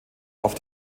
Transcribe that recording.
auf